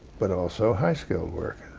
but also high-skilled work,